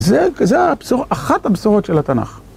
זה, זה הבשור, אחת הבשורות של התנ״ך.